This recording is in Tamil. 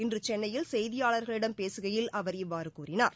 இன்று சென்னையில் செய்தியாளர்களிடம் பேசுகையில் அவர் இவ்வாறு கூறினார்